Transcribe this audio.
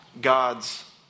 God's